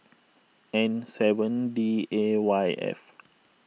N seven D A Y F